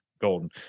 golden